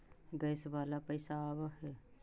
Gas वाला पैसा आव है?